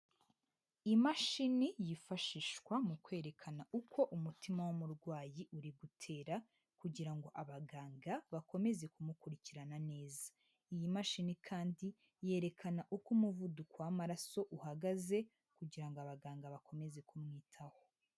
Imashini yifashishwa mu kwerekana uko umutima w'umurwayi uri gutera kugira ngo abaganga bakomeze kumukurikirana neza, iyi mashini kandi yerekana uko umuvuduko w'amaraso uhagaze kugira ngo abaganga bakomeze kumwitaho.